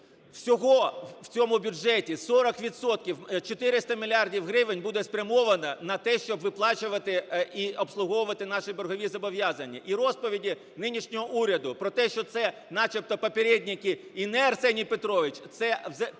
Всього в цьому бюджеті 40 відсотків, 400 мільярдів гривень, буде спрямовано на те, щоб виплачувати і обслуговувати наші боргові зобов'язання. І розповіді нинішнього уряду про те, що це начебто "попєрєдники". І ні, Арсеній Петрович, це повні